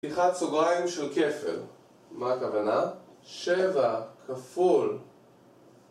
פתיחת סוגריים של כפל מה הכוונה? שבע כפול